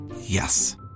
Yes